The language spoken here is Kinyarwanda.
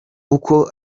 uko